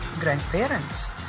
grandparents